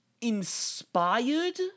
inspired